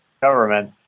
government